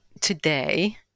today